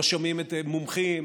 לא שומעים מומחים,